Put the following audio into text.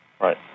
Right